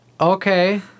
okay